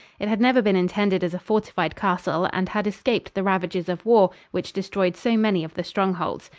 it had never been intended as a fortified castle and had escaped the ravages of war which destroyed so many of the strongholds.